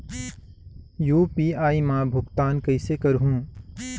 UPI मा भुगतान कइसे करहूं?